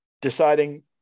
deciding